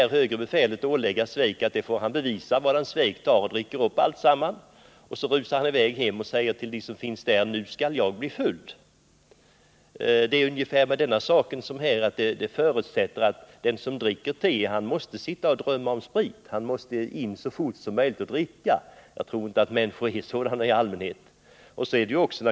De högre befälen vill att han skall bevisa det, varpå Svejk dricker upp innehållet i buteljen. Så rusar han hem och säger: Nu skall jag bli full. På samma sätt är det med Knut Wachtmeisters exempel. Den som sitter och dricker te på båten, han måste drömma om sprit. Så fort han kommer i land måste han alltså dricka sprit. Jag tror inte att människor fungerar så i allmänhet.